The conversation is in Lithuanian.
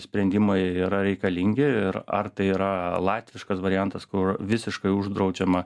sprendimai yra reikalingi ir ar tai yra latviškas variantas kur visiškai uždraudžiama